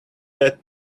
that